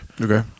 Okay